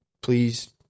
please